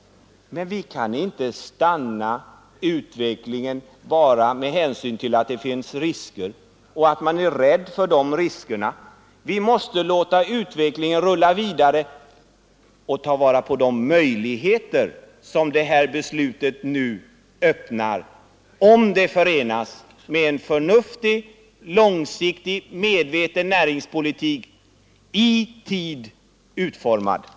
Men vi kan inte stanna utvecklingen bara för att det finns risker och för att man är rädd för dessa risker. Vi måste låta utvecklingen rulla vidare och ta vara på de möjligheter, som det här beslutet öppnar, om det förenas med en förnuftig, långsiktig, medveten näringspolitik, utformad i tid.